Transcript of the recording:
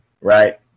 right